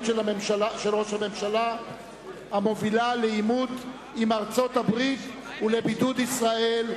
של ראש הממשלה המובילה לעימות עם ארצות-הברית ולבידוד ישראל.